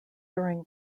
during